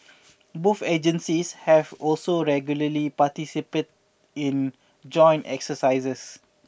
both agencies have also regularly participated in joint exercises